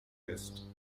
ist